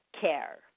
care